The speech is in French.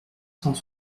cent